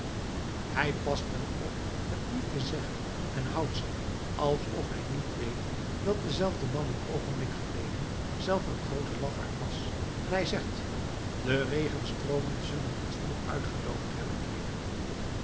hij past wel op het niet te zeggen en houdt zich alsof hij niet weet dat diezelfde man een oogenblik geleden zelf een groote lafaard was en hij zegt de regenstroomen kunnen het vuur uitgedoofd hebben heer